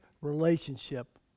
relationship